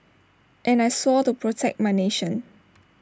and I swore to protect my nation